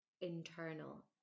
internal